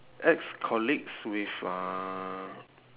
ex-colleagues with uh